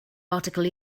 article